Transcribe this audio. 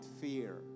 fear